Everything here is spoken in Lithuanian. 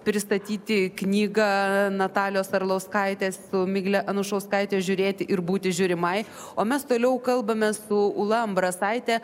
pristatyti knygą natalijos arlauskaitės su migle anušauskaite žiūrėti ir būti žiūrimai o mes toliau kalbame su ūla ambrasaite